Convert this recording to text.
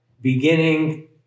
beginning